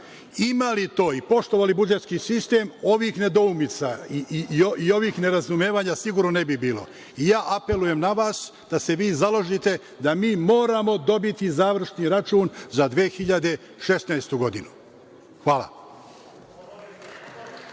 imali to i poštovali budžetski sistem, ovih nedoumica i ovih nerazumevanja sigurno ne bi bilo. Ja apelujem na vas da se založite da moramo dobiti završni račun za 2016. godinu. Hvala.